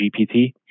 GPT